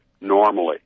normally